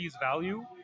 value